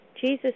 Jesus